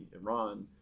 Iran